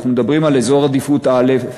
אנחנו מדברים על אזור עדיפות א',